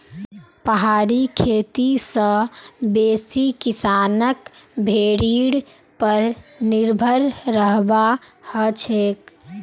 पहाड़ी खेती स बेसी किसानक भेड़ीर पर निर्भर रहबा हछेक